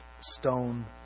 stone